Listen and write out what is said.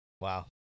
Wow